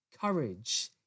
Courage